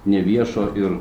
neviešo ir